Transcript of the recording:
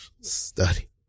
study